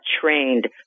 trained